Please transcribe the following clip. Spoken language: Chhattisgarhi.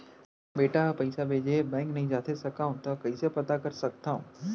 बेटा ह पइसा भेजे हे बैंक नई जाथे सकंव त कइसे पता कर सकथव?